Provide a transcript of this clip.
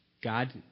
God